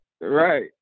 Right